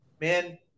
Man